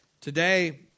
Today